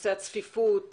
נושא הצפיפות,